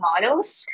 models